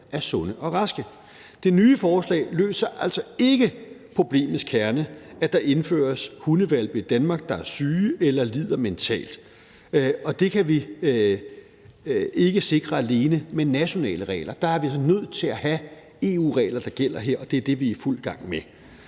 er sunde og raske. Det nye forslag løser altså ikke problemets kerne, nemlig at der indføres hundehvalpe i Danmark, der er syge eller lider mentalt – og det kan vi ikke sikre alene med nationale regler. Der er vi altså nødt til at have EU-regler, der gælder, og det er det, vi er i fuld gang med